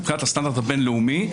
מבחינת הסטנדרט הבין לאומי,